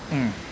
mm